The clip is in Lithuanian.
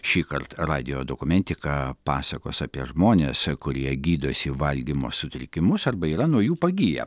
šįkart radijo dokumentika pasakos apie žmones kurie gydosi valgymo sutrikimus arba yra nuo jų pagiję